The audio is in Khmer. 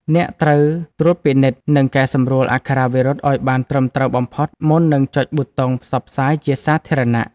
អ្នកត្រូវត្រួតពិនិត្យ និងកែសម្រួលអក្ខរាវិរុទ្ធឱ្យបានត្រឹមត្រូវបំផុត មុននឹងចុចប៊ូតុងផ្សព្វផ្សាយជាសាធារណៈ។